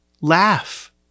laugh